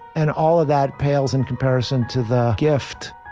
and all of that pales in comparison to the gift.